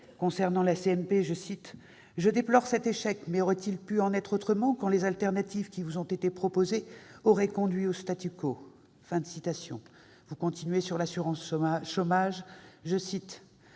mixte paritaire :« Je déplore cet échec, mais aurait-il pu en être autrement quand les alternatives qui vous ont été proposées auraient conduit au ?» Vous continuez sur l'assurance chômage :«